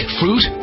fruit